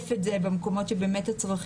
לתעדף את זה במקומות שבהם באמת הצרכים